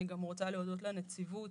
אני גם רוצה להודות לנציבות